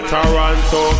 Toronto